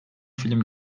film